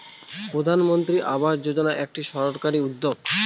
প্রধানমন্ত্রী আবাস যোজনা একটি সরকারি উদ্যোগ